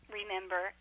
remember